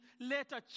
later